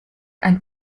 ein